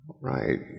Right